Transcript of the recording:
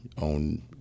on